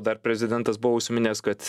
dar prezidentas buvo užsiminęs kad